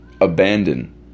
abandon